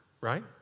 right